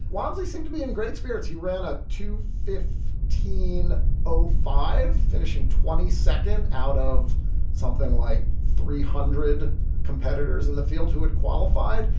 wamsley seemed to be in great spirits. he ran up to fifteen zero five, finishing twenty second out of something like three hundred competitors in the field who had qualified.